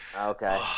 Okay